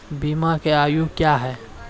बीमा के आयु क्या हैं?